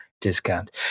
discount